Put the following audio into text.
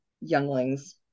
younglings